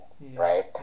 right